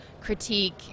critique